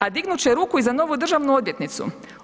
A dignut će ruku i za novu državnu odvjetnicu.